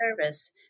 service